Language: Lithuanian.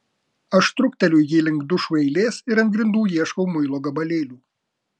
aš trukteliu jį link dušų eilės ir ant grindų ieškau muilo gabalėlių